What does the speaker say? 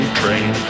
train